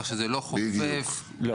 כך שזה לא חופף --- בדיוק.